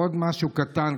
עוד משהו קטן,